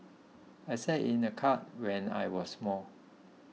I sat in a cart when I was small